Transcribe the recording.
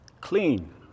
Clean